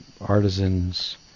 artisans